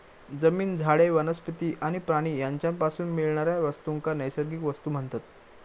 जमीन, झाडे, वनस्पती आणि प्राणी यांच्यापासून मिळणाऱ्या वस्तूंका नैसर्गिक वस्तू म्हणतत